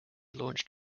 launched